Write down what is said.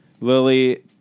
Lily